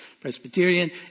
Presbyterian